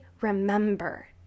remember